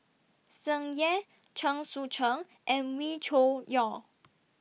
Tsung Yeh Chen Sucheng and Wee Cho Yaw